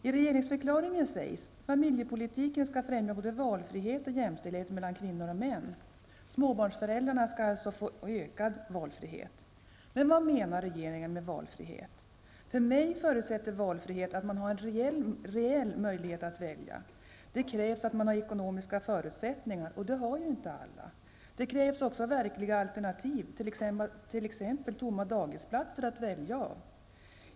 I regeringsförklaringen sägs att ''familjepolitiken skall främja både valfrihet och jämställdhet mellan kvinnor och män''. Småbarnsföräldrarna skall alltså ges ökad valfrihet. Vad menar då regeringen med valfrihet? För mig förutsätter ''valfrihet'' att man har en reell möjlighet att välja. Det krävs att man har ekonomiska förutsättningar och det har inte alla. Det krävs också verkliga alternativ, t.ex. tomma dagisplatser att välja på.